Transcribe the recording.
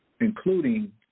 including